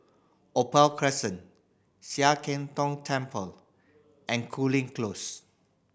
Opal Crescent Sian Keng Tong Temple and Cooling Close